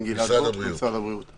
נסגר לפי אגפים.